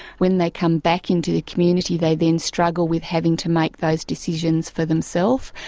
when they come back into the community they then struggle with having to make those decisions for themselves,